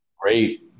Great